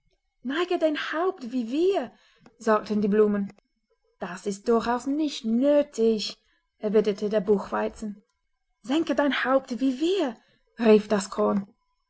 neige dein haupt wie wir sagten die blumen das ist durchaus nicht nötig erwiderte der buchweizen senke dein haupt wie wir rief das korn